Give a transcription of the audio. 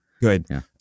Good